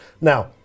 Now